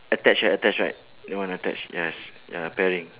attach ya attach right your one attach yes ya pairing